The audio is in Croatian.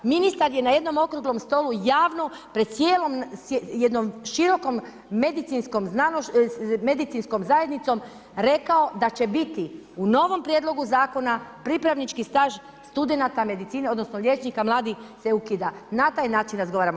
Ministar je na jednom okruglom stolu javno pred cijelom jednom širokom medicinskom zajednicom rekao da će biti u novom prijedlogu zakona pripravnički staž studenata medicine, odnosno liječnika mladih se ukida, na taj način razgovaramo.